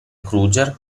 kruger